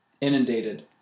inundated